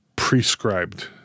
Prescribed